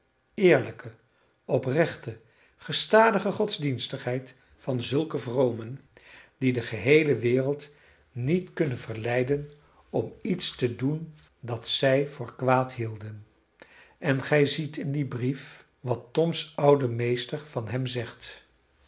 eerlijke oprechte gestadige godsdienstigheid van zulke vromen die de geheele wereld niet zou kunnen verleiden om iets te doen dat zij voor kwaad hielden en gij ziet in dien brief wat toms oude meester van hem zegt